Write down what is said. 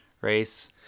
race